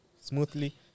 smoothly